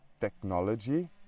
technology